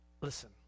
Listen